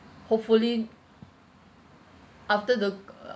hopefully after the uh